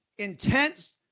intense